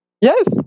Yes